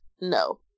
No